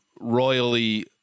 royally